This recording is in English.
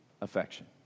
affection